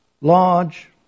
large